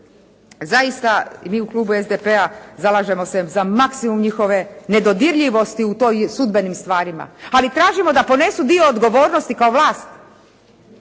zaista mi u klubu SDP-a zalažemo se za maksimum njihove nedodirljivosti u tim sudbenim stvarima, ali tražimo da ponesu dio odgovornosti kao vlast.